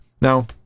now